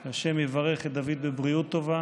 שה' יברך את דוד בבריאות טובה